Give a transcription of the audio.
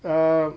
uh